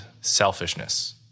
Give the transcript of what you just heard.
selfishness